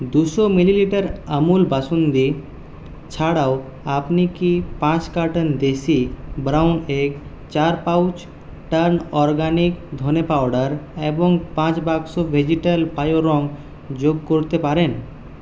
দুশো মিলিলিটার আমুল বাসুন্দি ছাড়াও আপনি কি পাঁচ কার্টন দেশি ব্রাউন এগ চার পাউচ টার্ন অরগ্যানিক ধনে পাউডার এবং পাঁচ বাক্স ভেজিটাল বায়ো রঙ যোগ করতে পারেন